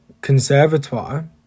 conservatoire